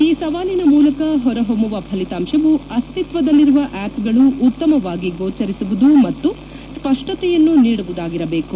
ಈ ಸವಾಲಿನ ಮೂಲಕ ಹೊರ ಹೊಮ್ಮವ ಫಲಿತಾಂಶವು ಅಸ್ತಿತ್ವದಲ್ಲಿರುವ ಆ್ಯಪ್ಗಳು ಉತ್ತಮವಾಗಿ ಗೋಚರಿಸುವುದು ಮತ್ತು ಸ್ಪಷ್ಟತೆಯನ್ನು ನೀಡುವುದಾಗಿರಬೇಕು